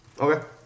Okay